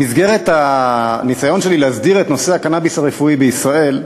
במסגרת הניסיון שלי להסדיר את נושא הקנאביס הרפואי בישראל,